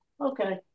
Okay